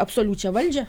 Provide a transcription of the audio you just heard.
absoliučią valdžią